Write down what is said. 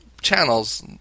channels